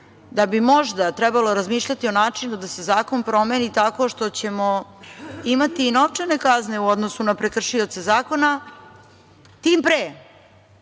da bi možda trebalo razmišljati o načinu da se zakon promeni tako što ćemo imati i novčane kazne u odnosu na prekršioca zakona, tim pre